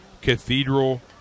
Cathedral